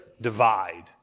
divide